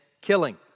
killing